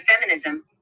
feminism